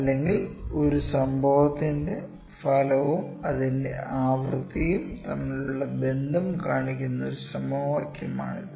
അല്ലെങ്കിൽ ഒരു സംഭവത്തിന്റെ ഫലവും അതിന്റെ ആവൃത്തിയും തമ്മിലുള്ള ബന്ധം കാണിക്കുന്ന ഒരു സമവാക്യമാണിത്